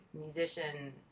musician